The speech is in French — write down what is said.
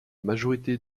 majorité